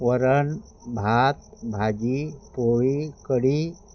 वरण भात भाजी पोळी कढी